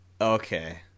Okay